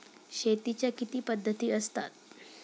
शेतीच्या किती पद्धती असतात?